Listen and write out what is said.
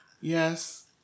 yes